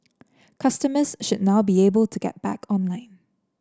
customers should now be able to get back online